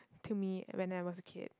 to me when I was a kid